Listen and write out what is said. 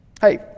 Hey